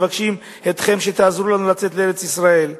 מבקשים מכם שתעזרו לנו לצאת לארץ-ישראל.